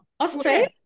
Australia